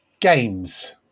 Games